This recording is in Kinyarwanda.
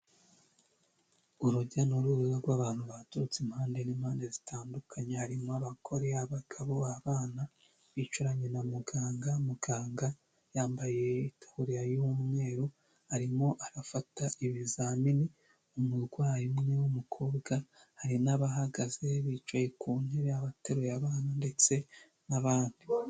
Urujya n'uruza rw'abantu baturutse impande n'impande zitandukanye. Harimo abagore, abagabo, abana bicaranye na muganga. Muganga yambaye itaburiya y'umweru arimo arafata ibizamini umurwayi umwe w'umukobwa, hari n'abahagaze bicaye ku ntebe y'abateruye abana ndetse n'abandi.